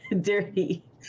dirty